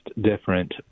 different